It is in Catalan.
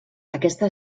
aquesta